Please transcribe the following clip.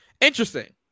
Interesting